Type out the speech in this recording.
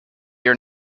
your